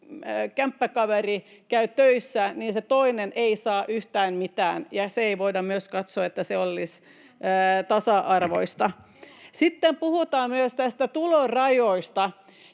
kämppäkaveri käy töissä, niin se toinen ei saa yhtään mitään. Ei voida katsoa, että se olisi tasa-arvoista. Sitten puhutaan myös tulorajoista.